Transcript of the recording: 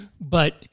But-